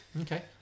okay